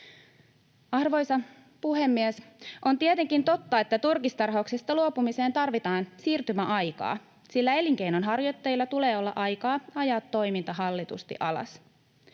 Arvoisa puhemies! On tietenkin totta, että turkistarhauksesta luopumiseen tarvitaan siirtymäaika, sillä elinkeinonharjoittajilla tulee olla aikaa ajaa toiminta hallitusti alas.